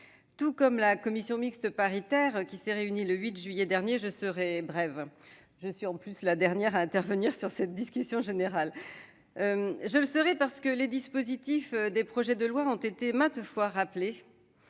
Tout comme la commission mixte paritaire qui s'est réunie le 8 juillet dernier, je serai brève, d'autant que je suis la dernière à intervenir dans cette discussion générale. Je serai brève, parce que les dispositifs des projets de loi ont été maintes fois rappelés.